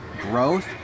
growth